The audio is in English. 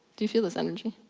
do you feel this energy?